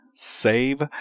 Save